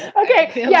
and ok. yeah